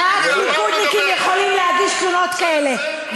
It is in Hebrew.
רק ליכודניקים יכולים להגיש תלונות כאלה,